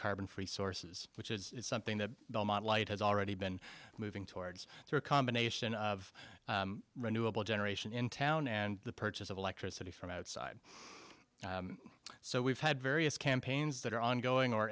carbon free sources which is something that belmont light has already been moving towards through a combination of renewable generation in town and the purchase of electricity from outside so we've had various campaigns that are ongoing or